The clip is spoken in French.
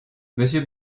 monsieur